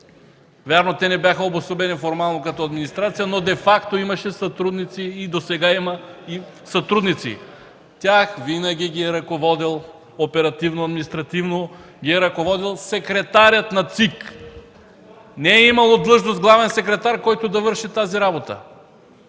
Вярно, те не бяха обособени формално като администрация, но де факто имаше сътрудници и досега има сътрудници. Тях винаги ги е ръководел оперативно, административно ги е ръководел секретарят на ЦИК. Не е имало длъжност „главен секретар”, който да върши тази работа.